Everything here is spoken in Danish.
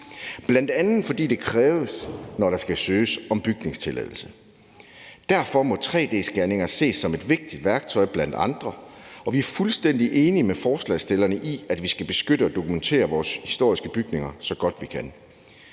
bl.a. fordi det kræves, når der skal søges om bygningstilladelse. Derfor må tre-d-scanninger ses som et vigtigt værktøj blandt andre værktøjer, og vi er fuldstændig enige med forslagsstillerne i, at vi skal beskytte og dokumentere vores historiske bygninger så godt, vi kan.